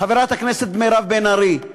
חברת הכנסת מירב בן ארי?